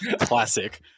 classic